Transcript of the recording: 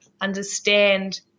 understand